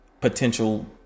potential